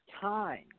time